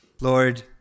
Lord